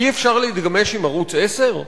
אי-אפשר להתגמש עם ערוץ-10?